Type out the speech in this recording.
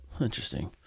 Interesting